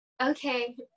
Okay